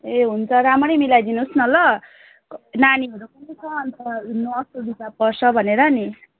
ए हुन्छ राम्ररी मिलाइ दिनुहोस् न ल नानीहरू पनि छ अन्त हिँड्नु असुविधा पर्छ भनेर नि